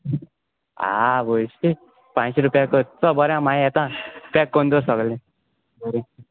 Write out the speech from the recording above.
आवय शी पांयशी रुपया कर च बरें आ मायी येता पॅक कोन दोर सोगलें बरें